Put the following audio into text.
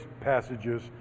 passages